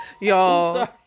Y'all